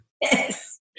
Yes